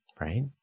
right